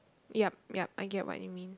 yep yep I get what you mean